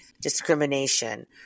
discrimination